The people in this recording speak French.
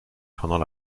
pendant